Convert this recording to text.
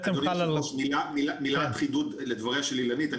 מילת חידוד לדבריה של אילנית,